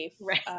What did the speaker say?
right